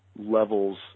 levels